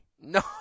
No